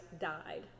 died